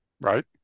Right